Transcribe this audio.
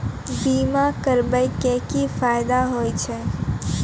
बीमा करबै के की फायदा होय छै?